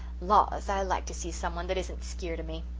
laws i like to see some one that isn't skeered of me.